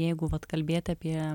jeigu vat kalbėti apie